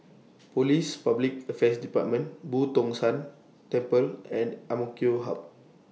Police Public Affairs department Boo Tong San Temple and Amk Hub